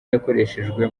yakoreshejwe